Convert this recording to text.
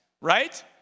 right